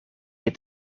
het